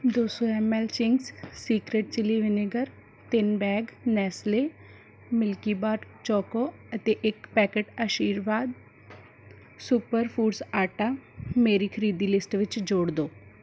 ਦੋ ਸੌ M L Ching's secret chilli vinegar ਤਿੰਨ ਬੈਗ ਨੈਸਲੇ ਮਿਲਕੀ ਵਾਟ ਚੋਕੋ ਅਤੇ ਇੱਕ ਪੈਕੇਟ ਆਸ਼ੀਰਵਾਦ ਸੁਪਰ ਫੂਡਸ ਆਟਾ ਮੇਰੀ ਖਰੀਦੀ ਲਿਸਟ ਵਿੱਚ ਜੋੜ ਦਿਓ